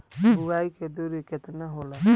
बुआई के दुरी केतना होला?